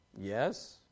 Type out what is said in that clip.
yes